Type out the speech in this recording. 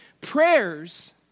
Prayers